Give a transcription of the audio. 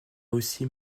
aussi